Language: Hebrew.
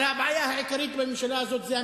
אבל הבעיה העיקרית בממשלה הזאת היא,